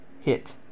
hit